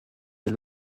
est